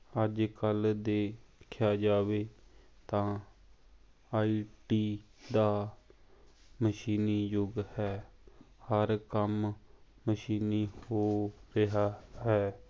ਅੱਜ ਕੱਲ੍ਹ ਦੇਖਿਆ ਜਾਵੇ ਤਾਂ ਆਈ ਟੀ ਦਾ ਮਸ਼ੀਨੀ ਯੁੱਗ ਹੈ ਹਰ ਕੰਮ ਮਸ਼ੀਨੀ ਹੋ ਰਿਹਾ ਹੈ